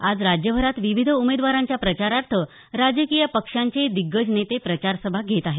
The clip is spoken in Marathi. आज राज्यभरात विविध उमेदवारांच्या प्रचारार्थ राजकीय पक्षांचे दिग्गज नेते प्रचार सभा घेत आहेत